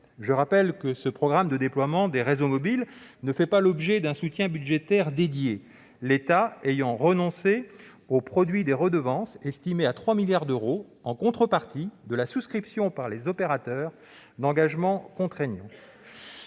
blanches. Ce programme de déploiement des réseaux mobiles ne fait pas l'objet d'un soutien budgétaire spécifique, l'État ayant renoncé au produit des redevances, estimé à 3 milliards d'euros, en contrepartie de la souscription d'engagements contraignants